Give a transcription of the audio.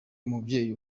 umubyeyi